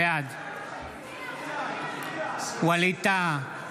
בעד ווליד טאהא,